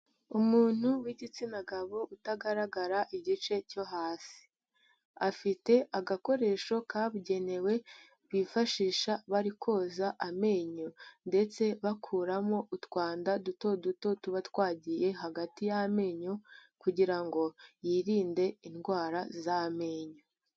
Umuntu w'igitsina gabo, utagaragara igice cyo hasi. Afite agakoresho kabugenewe, bifashisha bari koza amenyo. Ndetse bakuramo utwanda duto duto tuba twagiye hagati y'amenyo, kugira ngo yirinde indwara z'amenyo.